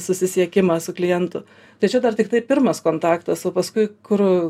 susisiekimą su klientu tai čia dar tiktai pirmas kontaktas o paskui kur